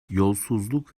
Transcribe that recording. yolsuzluk